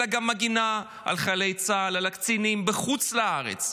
אלא גם על חיילי צה"ל ועל הקצינים בחוץ לארץ.